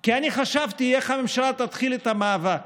כי אני חשבתי איך הממשלה תתחיל את המאבק,